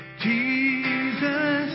Jesus